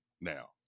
now